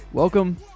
Welcome